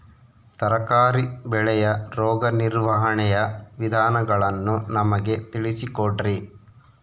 ತರಕಾರಿ ಬೆಳೆಯ ರೋಗ ನಿರ್ವಹಣೆಯ ವಿಧಾನಗಳನ್ನು ನಮಗೆ ತಿಳಿಸಿ ಕೊಡ್ರಿ?